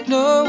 no